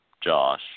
Josh